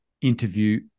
interview